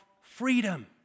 freedom